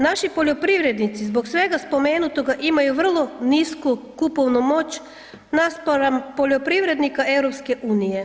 Naši poljoprivrednici zbog svega spomenutoga imaju vrlo nisku kupovnu moć naspram poljoprivrednika EU.